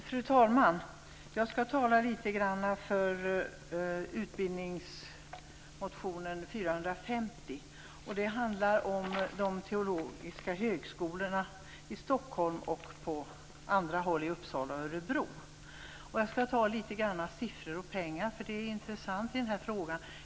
Fru talman! Jag skall tala litet grand för utbildningsmotionen 450. Den handlar om de teologiska högskolorna i Stockholm och på andra håll - i Uppsala och i Örebro. Jag skall ta upp siffror och pengar litet grand, för det är intressant i den här frågan.